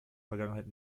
vergangenheit